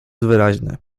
wyraźne